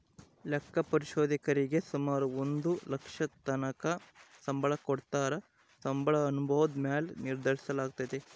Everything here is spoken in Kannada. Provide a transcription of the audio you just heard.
ಲೆಕ್ಕ ಪರಿಶೋಧಕರೀಗೆ ಸುಮಾರು ಒಂದು ಲಕ್ಷದತಕನ ಸಂಬಳ ಕೊಡತ್ತಾರ, ಸಂಬಳ ಅನುಭವುದ ಮ್ಯಾಲೆ ನಿರ್ಧರಿಸಲಾಗ್ತತೆ